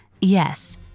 Yes